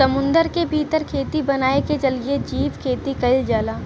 समुंदर के भीतर खेती बनाई के जलीय जीव के खेती कईल जाला